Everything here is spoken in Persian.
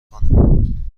کنم